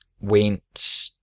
went